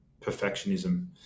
perfectionism